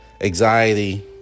anxiety